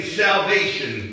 salvation